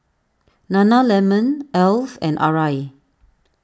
Nana Lemon Alf and Arai